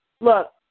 Look